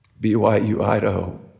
BYU-Idaho